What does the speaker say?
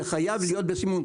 זה חייב להיות בסימון,